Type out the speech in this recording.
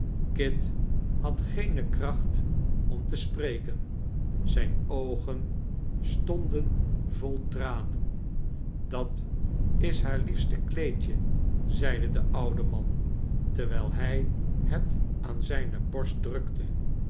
kit had geene kracht om te spreken zijne oogen stonden vol tranen dat is haar liefste kleedje zeide de oude man terwijl hij het aan zijne borst drukte